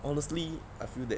honestly I feel that